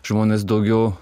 žmonės daugiau